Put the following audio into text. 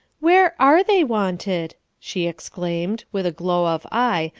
where are they wanted? she exclaimed, with a glow of eye,